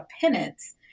penance